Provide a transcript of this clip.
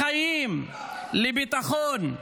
לחיים, לביטחון,